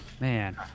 Man